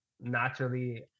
naturally